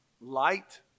Light